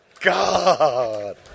God